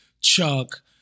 Chuck